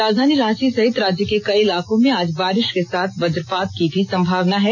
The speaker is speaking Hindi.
राजधानी रांची सहित राज्य के कई इलाकों में आज बारिश के साथ वज्रपात की भी संमावना है